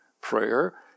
prayer